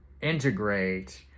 integrate